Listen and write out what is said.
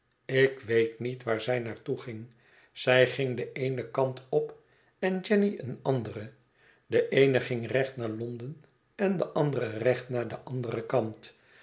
ik weet niet waar zij naar toe ging zij ging den eenen kant op en jenny een anderen de eene ging recht naar londen en de andere recht naar den anderen kant